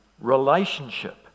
relationship